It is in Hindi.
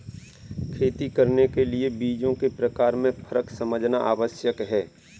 खेती करने के लिए बीजों के प्रकार में फर्क समझना आवश्यक है